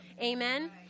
Amen